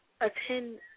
Attend